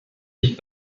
hit